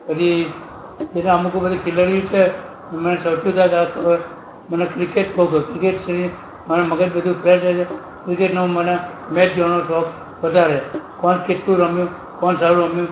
પછી કેટલાક અમુક એ બધા ખેલાડીઓ છે એમાં સૌથી વધારે મને ક્રિકેટ બહુ ગમે ક્રિકેટથી મારું મગજ બધું ફ્રેશ થાય છે ક્રિકેટનો મને મેચ જોવાનો શોખ વધારે કોણ કેટલું રમ્યું કોણ સારું રમ્યું